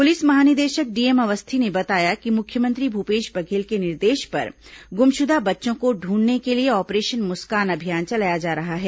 police महानिदेशक DM Awasthi ने बताया कि मुख्यमंत्री भूपेश बघेल के निर्देश पर गुमशुदा बच्चों को ढूंढने के लिए ऑपरेशन मुस्कान अभियान चलाया जा रहा है